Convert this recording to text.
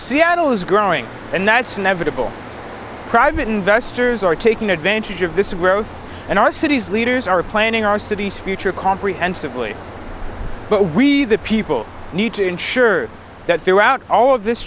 seattle is growing and that's never double private investors are taking advantage of this growth and our cities leaders are planning our city's future comprehensively but we the people need to ensure that throughout all of this